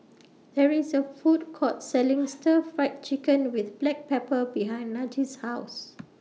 There IS A Food Court Selling Stir Fried Chicken with Black Pepper behind Najee's House